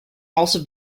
also